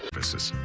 this is